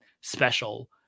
special